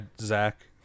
zach